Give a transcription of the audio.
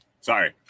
Sorry